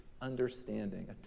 understanding